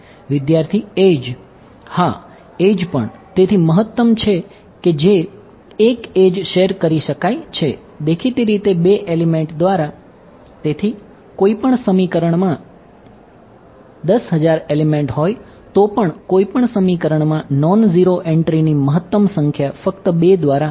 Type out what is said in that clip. વિદ્યાર્થી એડ્જ